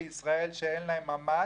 אין מיגון מלא,